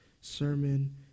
sermon